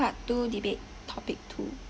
part two debate topic two